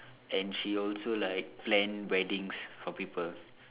and she also like plan weddings for people